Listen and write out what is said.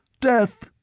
Death